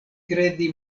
kredi